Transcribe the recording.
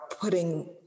putting